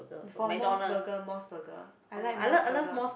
for Mos Burger Mos Burger I like Mos Burger